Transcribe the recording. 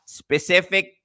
specific